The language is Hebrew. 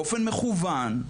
באופן מכוון,